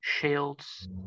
shields